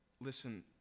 Listen